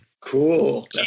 Cool